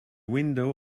window